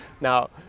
now